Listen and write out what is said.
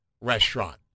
restaurant